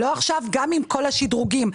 גם עם כל השדרוגים,